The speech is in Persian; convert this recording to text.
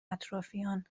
اطرافیان